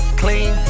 clean